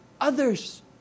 Others